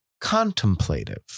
contemplative